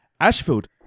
Ashfield